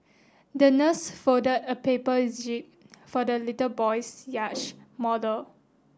the nurse folded a paper jib for the little boy's yacht model